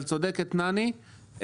אבל צודקת נני,